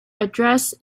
address